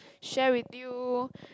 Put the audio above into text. share with you